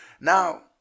Now